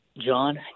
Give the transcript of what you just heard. John